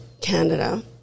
Canada